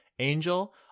angel